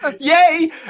Yay